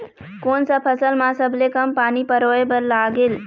कोन सा फसल मा सबले कम पानी परोए बर लगेल?